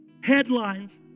headlines